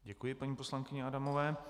Děkuji paní poslankyni Adamové.